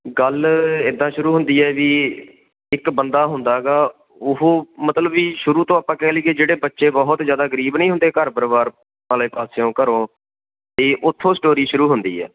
ਗੱਲ ਇੱਦਾਂ ਸ਼ੁਰੂ ਹੁੰਦੀ ਹੈ ਵੀ ਇੱਕ ਬੰਦਾ ਹੁੰਦਾ ਗਾ ਉਹ ਮਤਲਬ ਵੀ ਸ਼ੁਰੂ ਤੋਂ ਆਪਾਂ ਕਹਿ ਲਈਏ ਜਿਹੜੇ ਬੱਚੇ ਬਹੁਤ ਜ਼ਿਆਦਾ ਗਰੀਬ ਨਹੀਂ ਹੁੰਦੇ ਘਰ ਪਰਿਵਾਰ ਵਾਲੇ ਪਾਸਿਓਂ ਘਰੋਂ ਇਹ ਉੱਥੋਂ ਸਟੋਰੀ ਸ਼ੁਰੂ ਹੁੰਦੀ ਹੈ